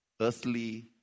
earthly